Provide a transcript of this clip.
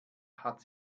hat